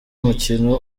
umukino